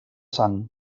sang